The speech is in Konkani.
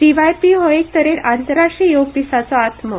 सीव्हायपी हो एके तरेन आंतरराष्ट्रीय योग दिसाचो आत्मो